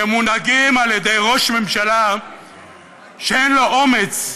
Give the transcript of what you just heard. שמונהגים על-ידי ראש ממשלה שאין לו אומץ.